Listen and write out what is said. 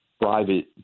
private